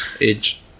age